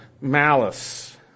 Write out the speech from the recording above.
Malice